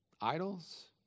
idols